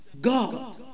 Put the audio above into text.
God